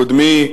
את קודמי,